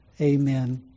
amen